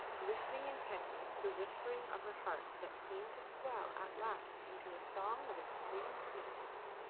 listening intently to the whispering of her heart that seemed to swell at last into a song of extreme sweetness.